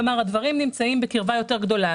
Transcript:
כלומר הדברים נמצאים בקרבה גדולה יותר,